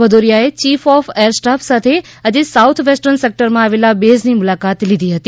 ભદોરિયાએ chief of air staff સાથે આજે south western સેક્ટરમાં આવેલા બેઝની મુલાકાત લીધી હતી